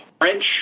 French